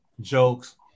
jokes